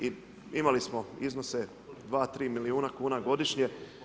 Imali smo iznose 2,3 milijuna kuna godišnje.